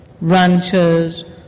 ranchers